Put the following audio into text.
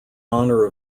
honor